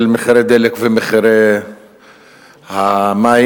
מחירי הדלק ומחירי המים,